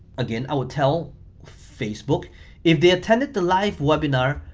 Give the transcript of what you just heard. again, i will tell facebook if they attended the live webinar,